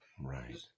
Right